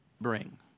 bring